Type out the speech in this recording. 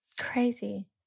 Crazy